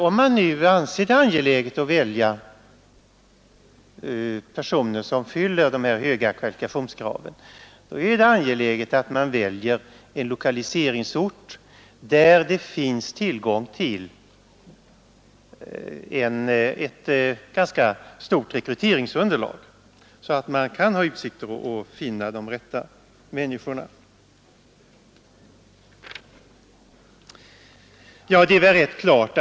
Om man nu anser det angeläget att välja personer som fyller dessa höga kvalifikationskrav, är det angeläget att man väljer en lokaliseringsort där det finns tillgång till ett ganska stort rekryteringsunderlag. Då har man utsikter att finna de rätta människorna.